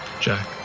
Jack